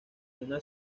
una